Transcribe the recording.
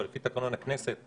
לפי תקנון הכנסת,